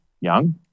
young